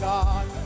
God